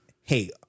hey